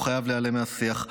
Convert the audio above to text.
והוא חייב להיעלם מהשיח.